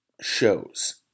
shows